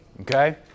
Okay